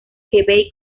que